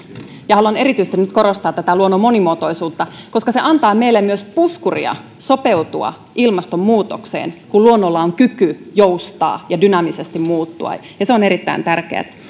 haluan nyt korostaa erityisesti luonnon monimuotoisuutta koska se antaa meille myös puskuria sopeutua ilmastonmuutokseen kun luonnolla on kyky joustaa ja dynaamisesti muuttua ja se on erittäin tärkeätä